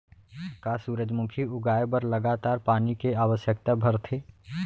का सूरजमुखी उगाए बर लगातार पानी के आवश्यकता भरथे?